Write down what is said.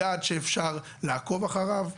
יעד שאפשר לעקוב אחריו,